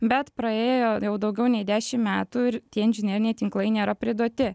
bet praėjo jau daugiau nei dešim metų ir tie inžineriniai tinklai nėra priduoti